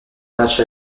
match